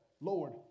Lord